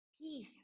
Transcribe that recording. peace